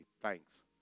thanks